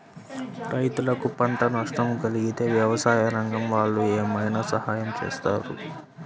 రైతులకు పంట నష్టం కలిగితే వ్యవసాయ రంగం వాళ్ళు ఏమైనా సహాయం చేస్తారా?